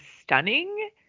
stunning